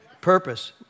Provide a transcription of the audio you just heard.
Purpose